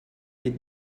des